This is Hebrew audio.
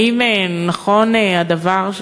1. האם נכון הדבר,